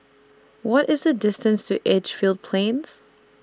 What IS The distance to Edgefield Plains